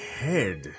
head